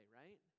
right